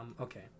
Okay